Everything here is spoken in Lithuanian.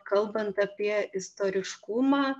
kalbant apie istoriškumą